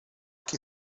que